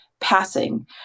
Passing